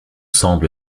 semble